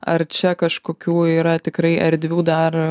ar čia kažkokių yra tikrai erdvių dar